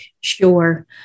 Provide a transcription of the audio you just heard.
Sure